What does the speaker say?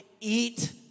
eat